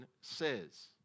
says